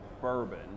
bourbon